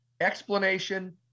explanation